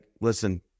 listen